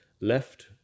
left